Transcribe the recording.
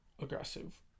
Aggressive